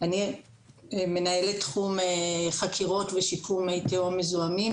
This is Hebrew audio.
אני מנהלת תחום חקירות ושיקום מי תהום מזוהמים.